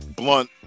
blunt